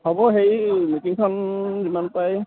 হ'ব সেই মিটিংখন যিমান পাৰে